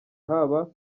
haba